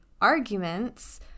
arguments